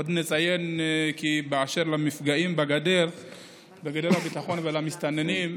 עוד נציין כי באשר למפגעים בגדר הביטחון ולמסתננים,